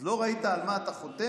אז לא ראית על מה אתה חותם?